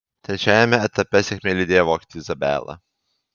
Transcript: trečiajame etape sėkmė lydėjo vokietį zabelą